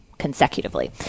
consecutively